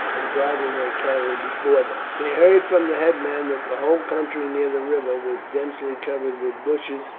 and driving their cattle before them. they heard from the headman that the whole country near the river was densely covered with bushes,